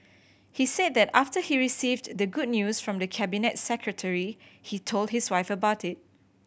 he said that after he received the good news from the Cabinet Secretary he told his wife about it